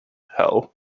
hell